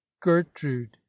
gertrude